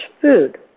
food